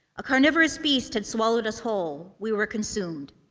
a carnivorous beast had swallowed us whole we were consumed.